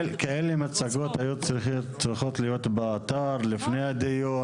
כאלה מצגות היו צריכות להיות באתר לפני הדיון,